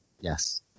Yes